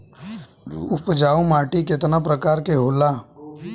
उपजाऊ माटी केतना प्रकार के होला?